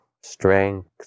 strength